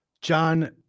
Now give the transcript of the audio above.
John